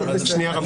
שנייה.